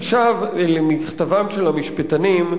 אני שב למכתבם של המשפטנים,